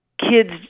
kids